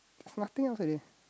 floating of the day